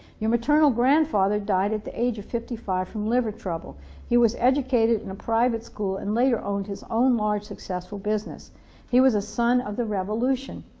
your maternal grandfather died at the age of fifty five from liver trouble he was educated in a private school and later owned his own large successful business he was a son of the revolution.